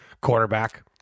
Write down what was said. Quarterback